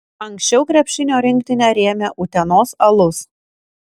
anksčiau krepšinio rinktinę rėmė utenos alus